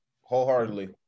wholeheartedly